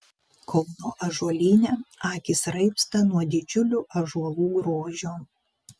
kauno ąžuolyne akys raibsta nuo didžiulių ąžuolų grožio